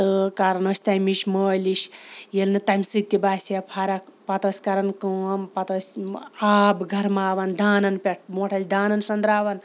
تہٕ کَران ٲسۍ تَمِچ مٲلِش ییٚلہِ نہٕ تَمہِ سۭتۍ تہِ باسے ہے فرق پَتہٕ ٲسۍ کَران کٲم پَتہٕ ٲسۍ آب گرماوَن دانَن پٮ۪ٹھ برونٛٹھ ٲسۍ دانَن سٕنٛدراوان